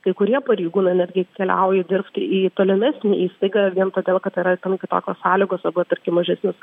kai kurie pareigūnai netgi keliauja dirbti į tolimesnę įstaigą vien todėl kad yra ten kitokios sąlygos arba tarkim mažesnis